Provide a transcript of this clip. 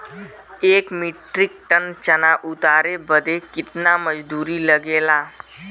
एक metric ton चना उतारे बदे कितना मजदूरी लगे ला?